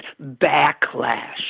backlash